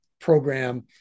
program